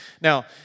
Now